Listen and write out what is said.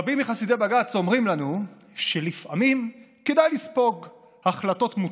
רבים מחסידי בג"ץ אומרים לנו שלפעמים כדאי לספוג החלטות מוטות,